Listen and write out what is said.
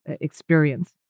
experience